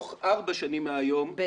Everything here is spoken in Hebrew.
לא.